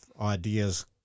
ideas